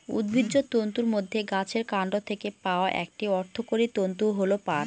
উদ্ভিজ্জ তন্তুর মধ্যে গাছের কান্ড থেকে পাওয়া একটি অর্থকরী তন্তু হল পাট